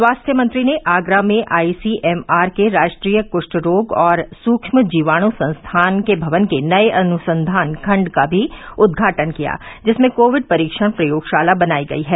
स्वास्थ्य मंत्री ने आगरा में आई सी एम आर के राष्ट्रीय कुष्ठ रोग और सूक्ष्म जीवाणु संस्थान के भवन के नए अनुसंघान खंड का भी उदघाटन किया जिसमें कोविड परीक्षण प्रयोगशाला बनाई गई है